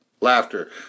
Laughter